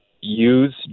use